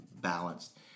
balanced